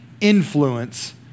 influence